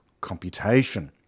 computation